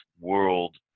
world